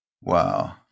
Wow